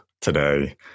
today